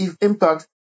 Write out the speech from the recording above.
impact